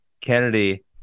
Kennedy